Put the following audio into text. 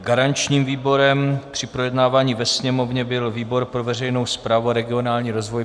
Garančním výborem při projednávání ve Sněmovně byl výbor pro veřejnou správu a regionální rozvoj.